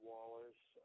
Wallace